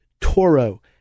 Toro